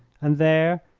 and there,